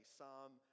Psalm